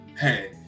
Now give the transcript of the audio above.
Hey